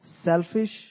selfish